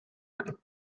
kann